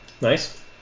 Nice